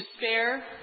despair